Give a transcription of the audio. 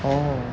oh